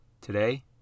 Today